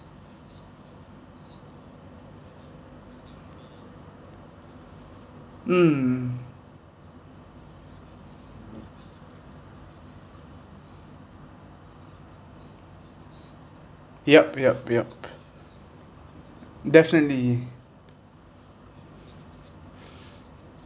mm yup yup yup definitely